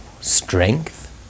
Strength